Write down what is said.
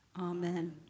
Amen